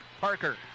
Parker